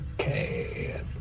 Okay